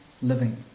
living